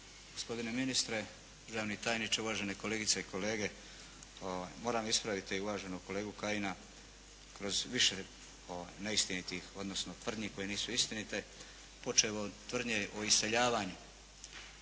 gospodine ministre, državni tajniče, uvažene kolegice i kolege. Moram ispraviti uvaženog kolegu Kajina kroz više neistinitih odnosno tvrdnji koje nisu istinite počev od tvrdnje o iseljavanju.